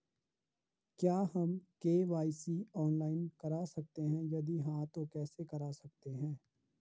क्या हम KYC online करा सकते हैं यदि हाँ तो कैसे करा सकते हैं?